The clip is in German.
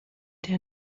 der